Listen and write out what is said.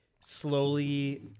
slowly